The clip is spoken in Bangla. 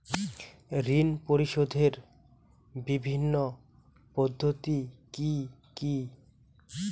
ঋণ পরিশোধের বিভিন্ন পদ্ধতি কি কি?